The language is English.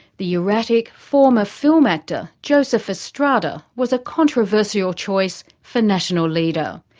the erratic former film actor joseph estrada was a controversial choice for national leader.